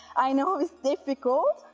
i know it's difficult,